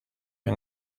con